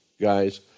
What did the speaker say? guys